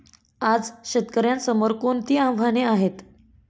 आज शेतकऱ्यांसमोर कोणती आव्हाने आहेत?